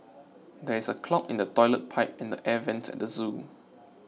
there is a clog in the Toilet Pipe and Air Vents at the zoo